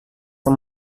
tom